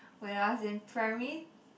when I was in primary